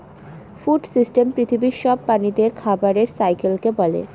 food system পৃথিবীর সব প্রাণীদের খাবারের সাইকেলকে বলে